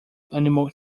animal